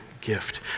gift